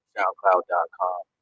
SoundCloud.com